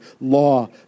law